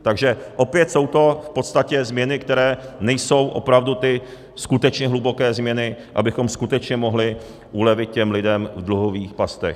Takže opět jsou to v podstatě změny, které nejsou opravdu ty skutečně hluboké změny, abychom skutečně mohli ulevit těm lidem v dluhových pastech.